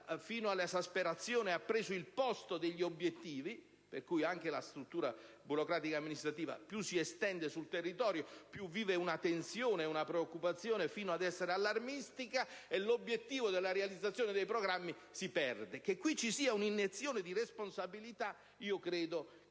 fino all'esasperazione hanno preso il posto degli obiettivi (per cui anche la struttura burocratico-amministrativa più si estende sul territorio più vive una tensione e una preoccupazione, fino ad essere allarmistica); infatti, l'obiettivo della realizzazione dei programmi si perde. Il fatto che in esso ci sia un'iniezione di responsabilità io credo